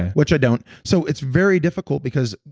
which i don't. so it's very difficult because,